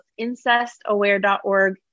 incestaware.org